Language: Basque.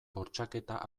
bortxaketa